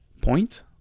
point